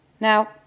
Now